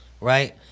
right